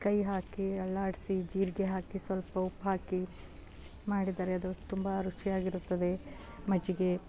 ಕೈ ಹಾಕಿ ಅಲ್ಲಾಡಿಸಿ ಜೀರಿಗೆ ಹಾಕಿ ಸ್ವಲ್ಪ ಉಪ್ಪು ಹಾಕಿ ಮಾಡಿದರೆ ಅದು ತುಂಬ ರುಚಿಯಾಗಿರುತ್ತದೆ ಮಜ್ಜಿಗೆ